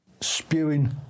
spewing